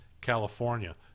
California